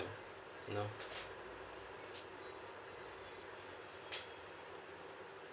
you know